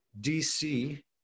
DC